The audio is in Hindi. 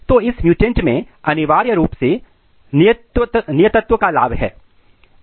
तो इस म्युटेंट में अनिवार्य रूप से नियतत्व का लाभ है